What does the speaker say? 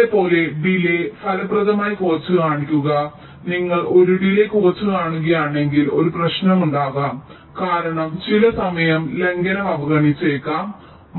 നിങ്ങളെപ്പോലെ ഡിലേയ് ഫലപ്രദമായി കുറച്ചുകാണുക നിങ്ങൾ ഒരു ഡിലേയ് കുറച്ചുകാണുകയാണെങ്കിൽ ഒരു പ്രശ്നമുണ്ടാകാം കാരണം നിങ്ങൾ ചില സമയ ലംഘനം അവഗണിച്ചേക്കാം